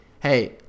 hey